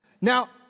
Now